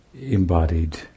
embodied